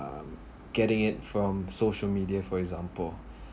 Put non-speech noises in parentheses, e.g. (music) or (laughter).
um getting it from social media for example (breath)